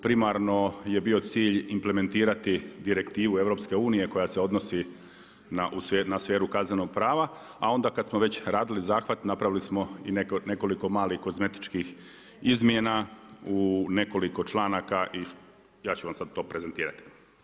Primarno je bio cilj implementirati Direktivu EU, koja se odnosi na sferu kaznenog prava, a onda kad smo već radili zahvat napravili smo i nekoliko malih kozmetičkih izmjena u nekoliko članaka i ja ću vam sad to prezentirati.